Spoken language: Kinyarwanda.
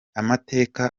amateka